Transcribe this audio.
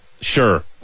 sure